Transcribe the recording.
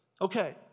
Okay